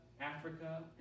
Africa